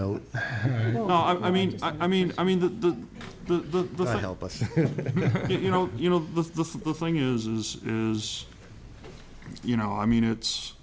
no no i mean i mean i mean the the the hell but you know you know the thing is is you know i mean it's